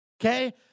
okay